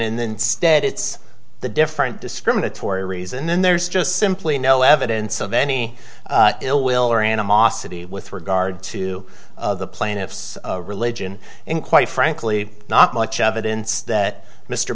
instead it's the different discriminatory reason then there's just simply no evidence of any ill will or animosity with regard to the plaintiff's religion and quite frankly not much evidence that mr